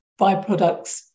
byproducts